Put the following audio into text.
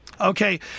Okay